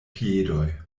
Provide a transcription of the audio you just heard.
piedoj